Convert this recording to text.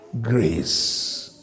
grace